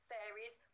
Fairies